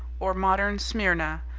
or modern smyrna,